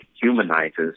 humanizes